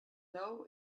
know